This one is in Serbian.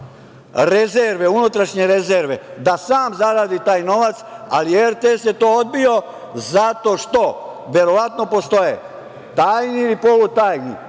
rezerve, unutrašnje rezerve da sam zaradi taj novac, ali RTS je to odbio zato što verovatno postoje tajni ili polutajni